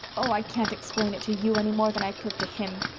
oh, i can't explain it to you any more than i could to him.